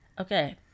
Okay